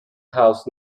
house